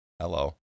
Hello